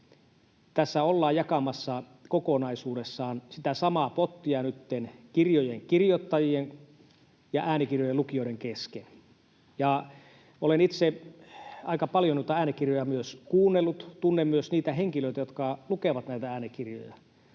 tässä ollaan nytten jakamassa kokonaisuudessaan sitä samaa pottia kirjojen kirjoittajien ja äänikirjojen lukijoiden kesken. Olen itse aika paljon äänikirjoja myös kuunnellut, tunnen myös niitä henkilöitä, jotka lukevat äänikirjoja,